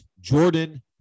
Jordan